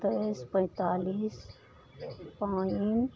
तइस पैंतालिस पानि